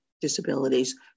disabilities